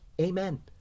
Amen